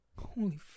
Holy